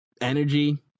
energy